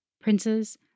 Princes